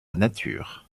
nature